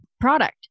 product